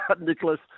Nicholas